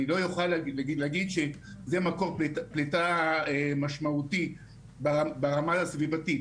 אני לא אוכל להגיד שזה מקור פליטה משמעותי ברמה הסביבתית,